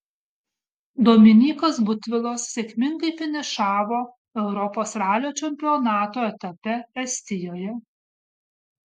dominykas butvilas sėkmingai finišavo europos ralio čempionato etape estijoje